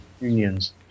Unions